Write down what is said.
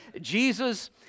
Jesus